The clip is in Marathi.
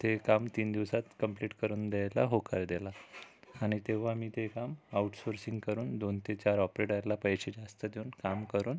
ते काम तीन दिवसात कम्प्लिट करून द्यायला होकार दिला आणि तेव्हा मी ते काम आऊटसोर्सिंग करून दोन ते चार ऑपरेटरला पैसे जास्त देऊन काम करून